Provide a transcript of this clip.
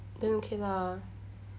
then okay lah